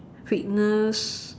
fitness